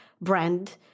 brand